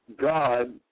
God